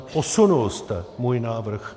Posunul jste můj návrh.